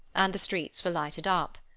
and the streets were lighted up.